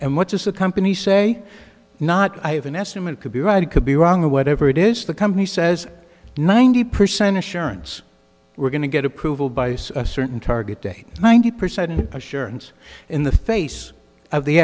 and what does the company say not i have an estimate could be right it could be wrong or whatever it is the company says ninety percent assurance we're going to get approval by a certain target date ninety percent assurance in the face of the